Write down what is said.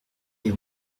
les